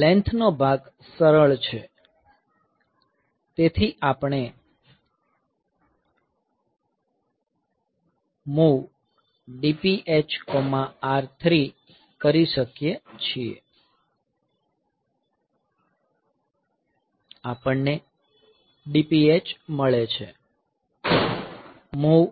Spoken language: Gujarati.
લેન્થ નો ભાગ સરળ છે તેથી આપણે MOV DPHR3 કરી શકીએ છીએ આપણને DPH મળે છે MOV